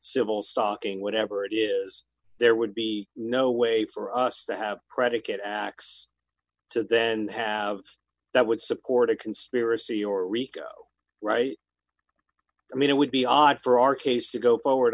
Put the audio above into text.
civil stocking whatever it is there would be no way for us to have predicate x so then that would support a conspiracy or rico right i mean it would be odd for our case to go forward